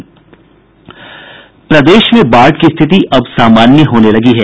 प्रदेश में बाढ़ की स्थिति अब सामान्य होने लगी है